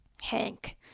Hank